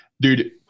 dude